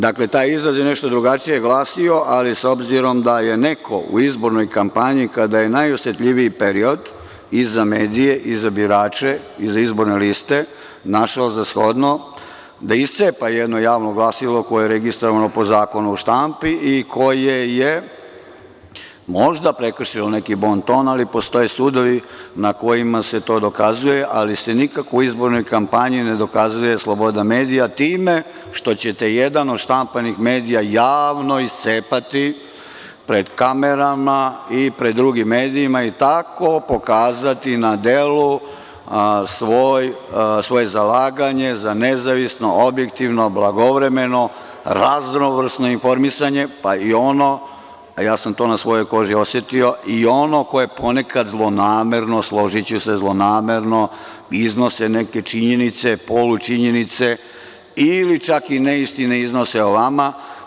Dakle, taj izraz je nešto drugačije glasio, ali s obzirom da je neko u izbornoj kampanji, kada je najosetljiviji period i za medije i za birače i za izborne liste, našao za shodno da iscepa jedno javno glasilo koje je registrovano po Zakonu o štampi i koje je možda prekršilo neki bon ton, ali postoje sudovi na kojima se to dokazuje, ali se nikako u izbornoj kampanji ne dokazuje sloboda medija time što ćete jedan od štampanih medija javno iscepati pred kamerama i pred drugim medijima i tako pokazati na delu svoje zalaganje za nezavisno, objektivno, blagovremeno, raznovrsno informisanje, pa i ono, a ja sam to na svojoj koži osetio, koje je ponekad zlonamerno, složiću se, iznosi neke činjenice, polučinjenice ili čak i neistine o vama.